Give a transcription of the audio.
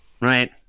Right